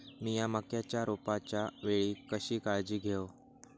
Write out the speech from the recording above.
मीया मक्याच्या रोपाच्या वेळी कशी काळजी घेव?